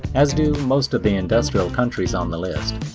as do most of the industrial countries on the list.